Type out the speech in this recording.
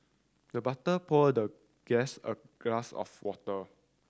the butler poured the guest a glass of water